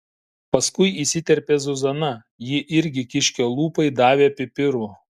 paskui įsiterpė zuzana ji irgi kiškio lūpai davė pipirų